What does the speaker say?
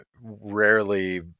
rarely